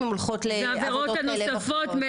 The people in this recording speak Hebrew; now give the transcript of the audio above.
אם הן הולכות --- זה העבירות הנוספות,